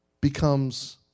becomes